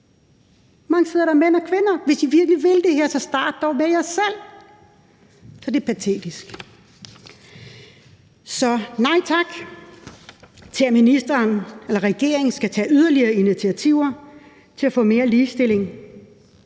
mange sidder der af mænd og kvinder? Hvis I virkelig vil det her, så start dog med jer selv. Så det er patetisk. Så nej tak til, at ministeren eller regeringen skal tage yderligere initiativer til at få mere ligestilling